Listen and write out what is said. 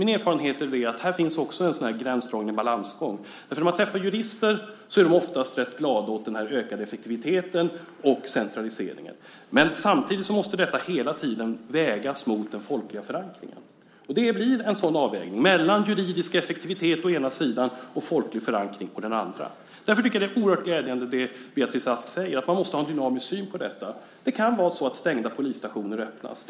Min erfarenhet är att det här också finns en gränsdragning och en balansgång. När man träffar jurister så är de ofta rätt glada över den ökade effektiviteten och centraliseringen. Men samtidigt måste detta hela tiden vägas mot den folkliga förankringen. Och det blir då en avvägning mellan juridisk effektivitet å ena sidan och folklig förankring å andra sidan. Därför tycker jag att det som Beatrice Ask säger om att man måste ha en dynamisk syn på detta är oerhört glädjande. Det kan vara så att stängda polisstationer öppnas.